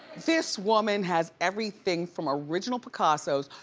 this woman has everything from original picassos.